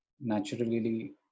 naturally